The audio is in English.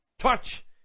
touch